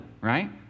right